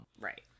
Right